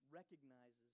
recognizes